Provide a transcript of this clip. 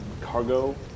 cargo